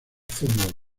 fútbol